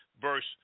verse